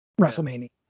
WrestleMania